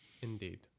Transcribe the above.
Indeed